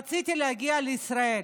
רציתי להגיע לישראל,